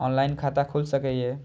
Online खाता खुल सके ये?